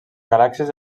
galàxies